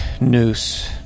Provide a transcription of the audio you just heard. noose